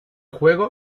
juego